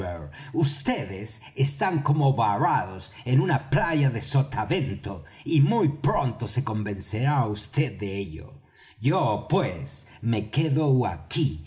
vds están como varados en una playa de sotavento y muy pronto se convencerá vd de ello yo pues me quedo aquí